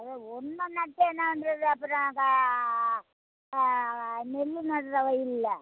அது ஒன்னொன்றா நடுறது அப்புறம் நா க நெல் நடுற வயலில்